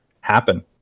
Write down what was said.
happen